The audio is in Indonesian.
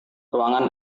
ruangan